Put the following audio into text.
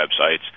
websites